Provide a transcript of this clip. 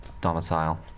domicile